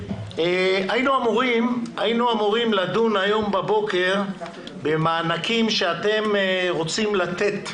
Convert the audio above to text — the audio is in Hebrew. היינו אמורים לדון היום בבוקר במענקים שאתם רוצים לתת